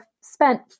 spent